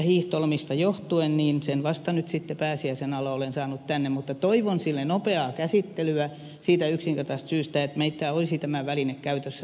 hiihtolomista johtuen sen vasta nyt sitten pääsiäisen alla olen saanut tänne mutta toivon sille nopeaa käsittelyä siitä yksinkertaisesta syystä että meillä olisi tämä väline käytössä silloin kun sitä tarvitaan